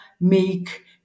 make